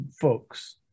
folks